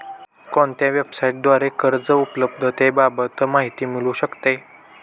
कोणत्या वेबसाईटद्वारे कर्ज उपलब्धतेबाबत माहिती मिळू शकते?